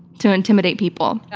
to intimidate people. yeah.